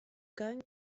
going